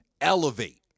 elevate